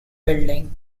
building